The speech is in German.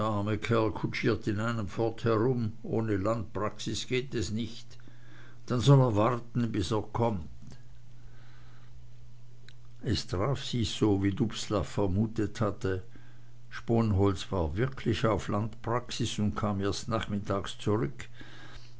rum ohne landpraxis geht es nicht dann soll er warten bis er kommt es traf sich so wie dubslav vermutet hatte sponholz war wirklich auf landpraxis und kam erst nachmittags zurück